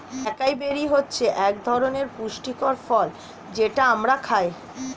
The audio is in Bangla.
একাই বেরি হচ্ছে একধরনের পুষ্টিকর ফল যেটা আমরা খাই